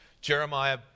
Jeremiah